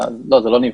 לא, זה לא נבלע,